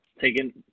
Taking